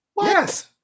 Yes